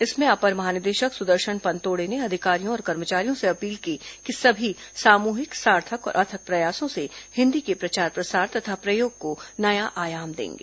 इसमें अपर महानिदेशक सुदर्शन पनतोड़े ने अधिकारियों और कर्मचारियों से अपील की कि सभी सामूहिक सार्थक और अथक प्रयासों से हिन्दी के प्रचार प्रसार तथा प्रयोग को नया आयाम देंगे